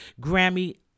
Grammy